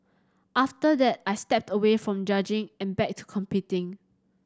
after that I stepped away from judging and back to competing